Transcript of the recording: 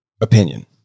opinion